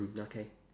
mm okay